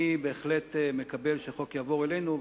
אני בהחלט מקבל שהחוק יעבור אלינו,